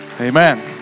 Amen